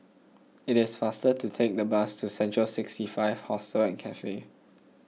it is faster to take the bus to Central sixty five Hostel and Cafe